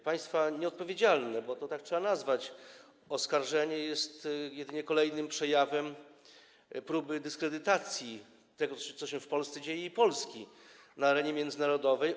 Państwa nieodpowiedzialne, bo tak to trzeba nazwać, oskarżenie jest jedynie kolejnym przejawem próby dyskredytacji tego, co się w Polsce dzieje, i Polski na arenie międzynarodowej.